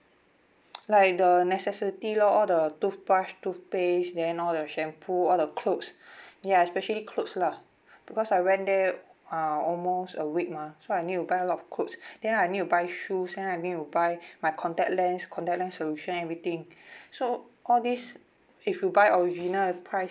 like that necessity lor all the toothbrush toothpaste then all the shampoo all the clothes ya especially clothes ah because I went there uh almost a week mah so I need to buy a lot of clothes then I need to buy shoes then need to buy my contact lens contact lens solution everything so all these if you buy original price